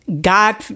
God